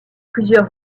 plusieurs